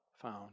found